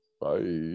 bye